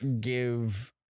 give